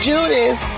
Judas